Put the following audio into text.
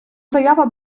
заява